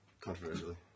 Controversially